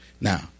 Now